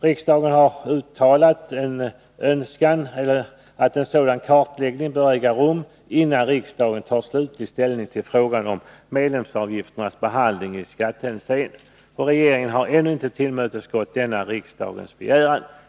Riksdagen har uttalat att en sådan kartläggning bör äga rum innan riksdagen tar slutlig ställning till frågan om medlemsavgifternas behandling i skattehänseende. Regeringen har ännu inte tillmötesgått denna riksdagens begäran.